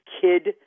kid